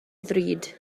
ddrud